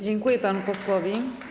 Dziękuję panu posłowi.